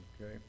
Okay